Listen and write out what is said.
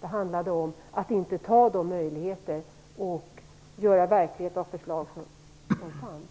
Det handlade om att man inte tog möjligheten att göra verklighet av de förslag som fanns.